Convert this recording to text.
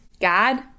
God